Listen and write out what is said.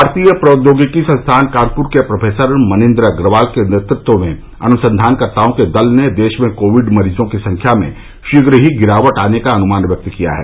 भारतीय प्रौद्योगिकी संस्थान कानपुर के प्रोफेसर मनिन्द्र अग्रवाल के नेतृत्व में अनुसंघानकर्ताओं के दल ने देश में कोविड मरीजों की संख्या में शीघ्र ही गिरावट आने का अनुमान व्यक्त किया है